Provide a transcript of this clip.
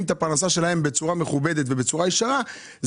את הפרנסה שלהם בצורה מכובדת ובצורה ישרה.